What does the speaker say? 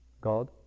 God